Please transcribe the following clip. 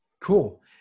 Cool